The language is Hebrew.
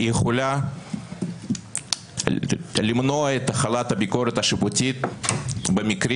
היא יכולה למנוע את החלת הביקורת השיפוטית במקרים